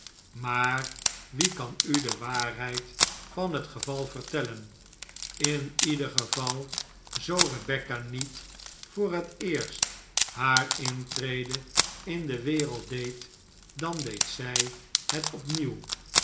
maar wie kan u de waarheid van het geval vertellen in ieder geval zoo rebecca niet voor het eerst haar intrede in de wereld deed dan deed zij het